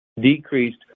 decreased